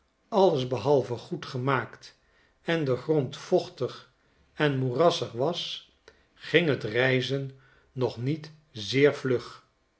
alles behalve goed gemaakt en de grond vochtig en moerassig was ging het reizen nog niet zeer vlug